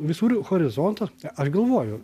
visur horizontas aš galvoju